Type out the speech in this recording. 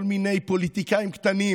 כל מיני פוליטיקאים קטנים